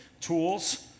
tools